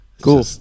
cool